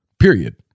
Period